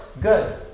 good